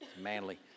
manly